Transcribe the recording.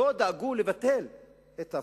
ולא דאגו לבטל את ההפקעות,